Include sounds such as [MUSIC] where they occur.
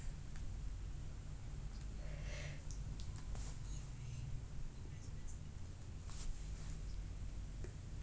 [BREATH]